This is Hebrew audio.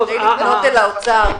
אבל כדי ללחוץ על האוצר,